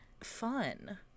fun